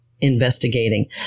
investigating